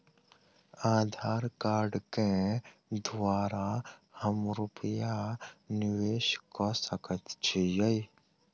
आधार कार्ड केँ द्वारा हम रूपया निवेश कऽ सकैत छीयै?